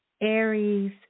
Aries